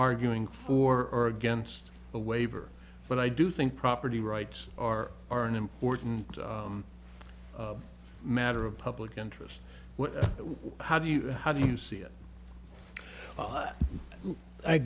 arguing for or against a waiver but i do think property rights are are an important matter of public interest how do you how do you see it